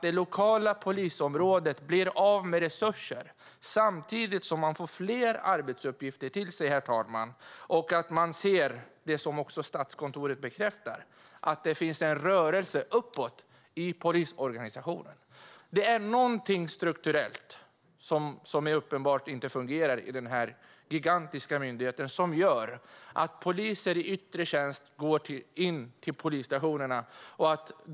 Det lokala polisområdet blir av med resurser samtidigt som det får fler arbetsuppgifter, herr talman. Man ser även det som Statskontoret bekräftar: att det finns en rörelse uppåt i polisorganisationen. Det är uppenbarligen någonting strukturellt som inte fungerar i den gigantiska myndigheten, och det gör att poliser i yttre tjänst går in till polisstationerna.